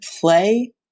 play